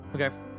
Okay